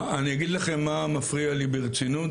אני אגיד לכם מה מפריע לי ברצינות,